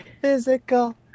physical